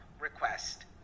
request